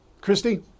Christy